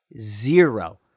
zero